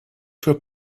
für